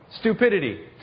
Stupidity